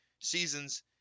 seasons